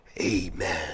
Amen